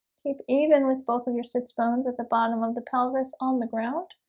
keep even with both of your sits bones at the bottom of the pelvis on the ground